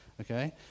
okay